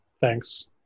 Thanks